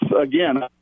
again